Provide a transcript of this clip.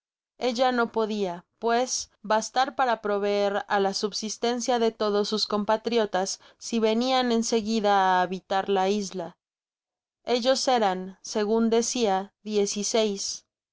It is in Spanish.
ella no podia pues bastar para proveer á la subsistencia de todos sus compatriotas si venían en seguida á habitar la isla ellos eran segun decía